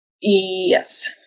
Yes